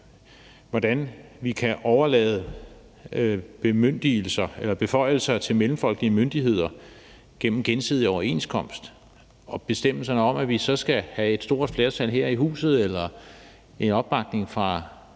hvordan vi kan overlade beføjelser til mellemfolkelige myndigheder gennem gensidig overenskomst, og bestemmelserne om, at vi så skal have et stort flertal her i huset eller opbakning fra